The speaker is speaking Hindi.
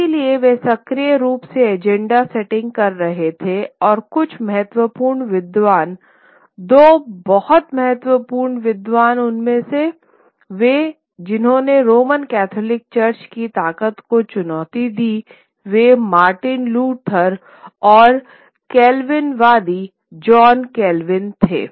इसलिए वे सक्रिय रूप से एजेंडा सेटिंग कर रहे थे और कुछ महत्वपूर्ण विद्वान दो बहुत महत्वपूर्ण विद्वान वे जिन्होंने रोमन कैथोलिक चर्च की ताकत को चुनौती दी थी वे मार्टिन लूथर और केल्विनवादी भी जॉन केल्विन थे